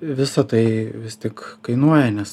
visa tai vis tik kainuoja nes